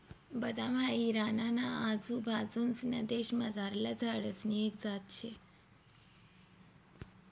बदाम हाई इराणा ना आजूबाजूंसना देशमझारला झाडसनी एक जात शे